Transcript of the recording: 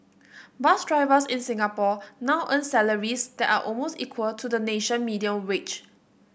bus drivers in Singapore now earn salaries that are almost equal to the national median wage